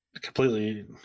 Completely